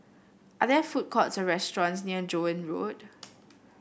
are there food courts or restaurants near Joan Road